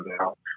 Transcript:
out